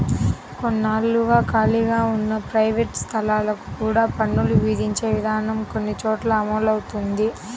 కొన్నాళ్లుగా ఖాళీగా ఉన్న ప్రైవేట్ స్థలాలకు కూడా పన్నులు విధించే విధానం కొన్ని చోట్ల అమలవుతోంది